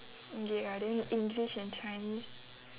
ya then english and chinese